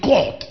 God